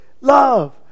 love